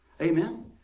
Amen